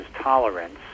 tolerance